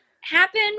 happen